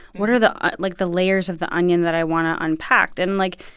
what are the like, the layers of the onion that i want to unpack? and and, like,